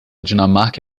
dinamarca